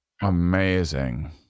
Amazing